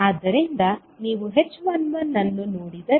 ಆದ್ದರಿಂದ ನೀವು h11ಅನ್ನು ನೋಡಿದರೆ